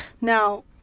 Now